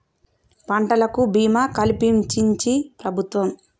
పంటలకు భీమా కలిపించించి ప్రభుత్వం